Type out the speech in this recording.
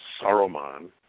Saruman